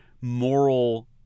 moral